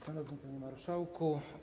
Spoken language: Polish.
Szanowny Panie Marszałku!